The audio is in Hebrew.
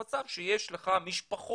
ואז נוצר מצב שיש לך משפחות,